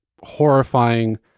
horrifying